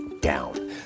down